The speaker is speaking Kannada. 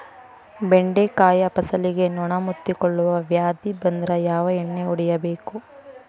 ಬೆಂಡೆಕಾಯ ಫಸಲಿಗೆ ನೊಣ ಮುತ್ತಿಕೊಳ್ಳುವ ವ್ಯಾಧಿ ಬಂದ್ರ ಯಾವ ಎಣ್ಣಿ ಹೊಡಿಯಬೇಕು?